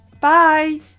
Bye